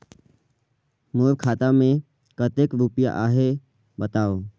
मोर खाता मे कतेक रुपिया आहे बताव?